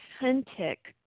authentic